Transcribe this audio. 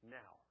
now